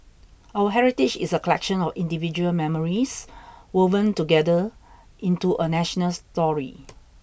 our heritage is a collection of individual memories woven together into a national story